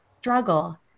struggle